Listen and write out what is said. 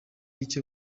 icyo